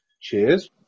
cheers